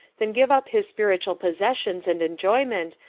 than give up his spiritual possessions and enjoyment,